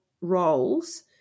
roles